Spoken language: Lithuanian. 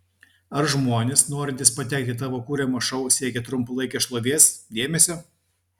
ar žmonės norintys patekti į tavo kuriamą šou siekia trumpalaikės šlovės dėmesio